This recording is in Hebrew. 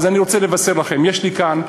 אבל אני רוצה לבשר לכם: יש לי כאן,